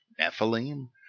Nephilim